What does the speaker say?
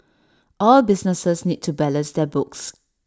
all businesses need to balance their books